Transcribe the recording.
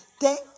Thank